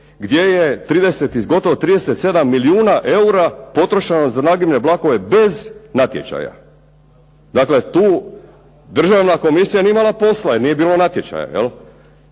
gdje je 30, gotovo 37 milijuna eura potrošeno za nagibne vlakove bez natječaja. Dakle, tu Državna komisija nije imala posla, jer nije bilo natječaja. Od